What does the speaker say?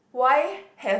why have